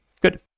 Good